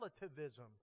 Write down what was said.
relativism